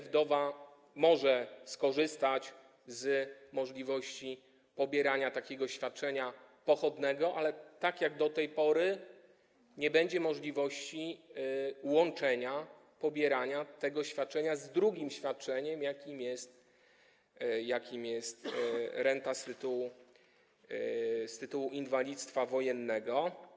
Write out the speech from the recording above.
Wdowa może skorzystać z możliwości pobierania takiego świadczenia pochodnego, ale tak jak do tej pory nie będzie możliwości łączenia pobierania tego świadczenia z drugim świadczeniem, jakim jest renta z tytułu inwalidztwa wojennego.